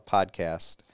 podcast